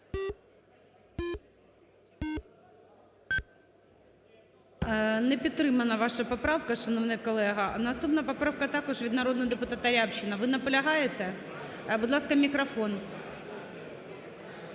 Не підтримана ваша поправка, шановний колего. Наступна поправка також від народного депутата Рябчина. Ви наполягаєте? Будь ласка, мікрофон.